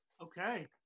Okay